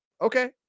Okay